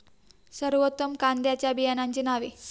सर्वोत्तम कांद्यांच्या बियाण्यांची नावे?